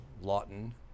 Lawton